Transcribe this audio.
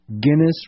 Guinness